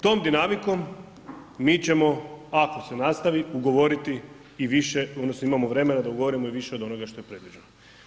Tom dinamikom mi ćemo, ako se nastavi ugovoriti i više, odnosno imamo vremena da ugovorimo i više od onoga što je predviđeno.